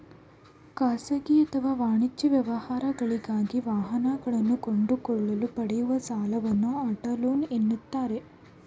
ಖಾಸಗಿ ಅಥವಾ ವಾಣಿಜ್ಯ ವ್ಯವಹಾರಗಳಿಗಾಗಿ ವಾಹನಗಳನ್ನು ಕೊಂಡುಕೊಳ್ಳಲು ಪಡೆಯುವ ಸಾಲವನ್ನು ಆಟೋ ಲೋನ್ ಎನ್ನುತ್ತಾರೆ